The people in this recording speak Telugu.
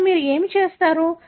ఇప్పుడు మీరు ఏమి చేస్తారు